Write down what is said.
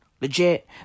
Legit